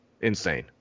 Insane